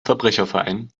verbrecherverein